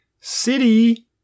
city